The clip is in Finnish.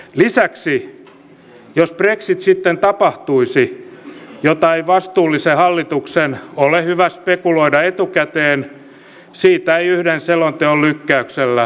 lisäksi jos brexit sitten tapahtuisi mitä ei vastuullisen hallituksen ole hyvä spekuloida etukäteen siitä ei yhden selonteon lykkäyksellä selvitä